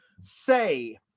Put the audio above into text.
say